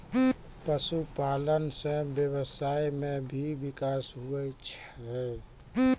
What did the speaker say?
पशुपालन से व्यबसाय मे भी बिकास हुवै छै